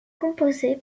composée